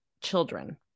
children